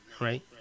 right